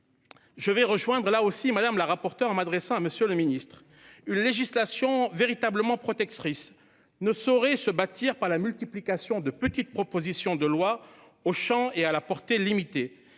je rejoindrai là aussi Mme la rapporteure en m'adressant à M. le garde des sceaux : une législation véritablement protectrice ne saurait se bâtir par la multiplication de petites propositions de loi, au champ et à la portée limités,